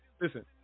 listen